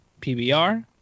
PBR